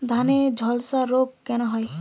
ধানে ঝলসা রোগ কেন হয়?